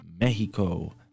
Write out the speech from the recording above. Mexico